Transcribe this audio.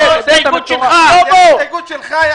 ההסתייגות לא התקבלה.